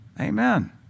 amen